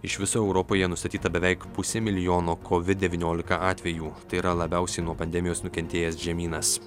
iš viso europoje nustatyta beveik pusė milijono covid devyniolika atvejų tai yra labiausiai nuo pandemijos nukentėjęs žemynas